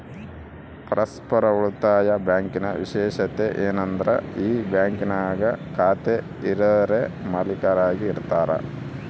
ಪರಸ್ಪರ ಉಳಿತಾಯ ಬ್ಯಾಂಕಿನ ವಿಶೇಷತೆ ಏನಂದ್ರ ಈ ಬ್ಯಾಂಕಿನಾಗ ಖಾತೆ ಇರರೇ ಮಾಲೀಕರಾಗಿ ಇರತಾರ